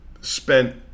spent